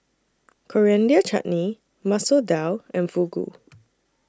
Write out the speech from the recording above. Coriander Chutney Masoor Dal and Fugu